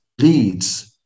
leads